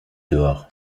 dehors